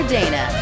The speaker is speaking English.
Dana